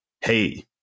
hey